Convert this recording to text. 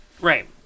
Right